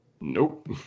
Nope